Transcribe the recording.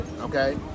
okay